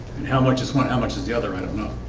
and how much is one how much does the other i don't know